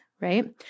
right